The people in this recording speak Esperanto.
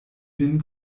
vin